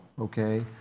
Okay